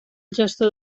gestor